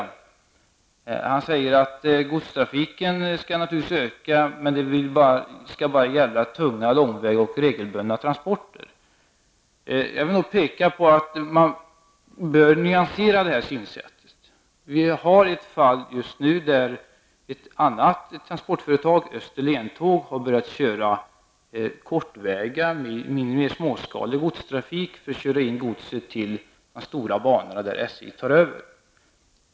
Kommunikationsministern säger att godstrafiken naturligtvis skall öka men att det skall gälla bara tunga, långväga och regelbundna transporter. Jag vill då peka på att man bör nyansera det synsättet. Vi har ett fall just nu där ett annat transportföretag -- Österlentåg -- har börjat bedriva kortväga, småskalig godstrafik; man kör in godset till de stora banorna, där SJ tar över.